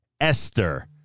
Esther